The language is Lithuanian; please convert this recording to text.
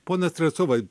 pone strelcovai